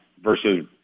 versus